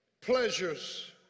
pleasures